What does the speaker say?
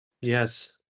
Yes